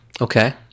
okay